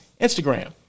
Instagram